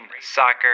soccer